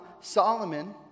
Solomon